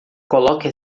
coloque